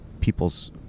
people's